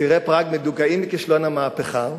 צעירי פראג מדוכאים מכישלון המהפכה,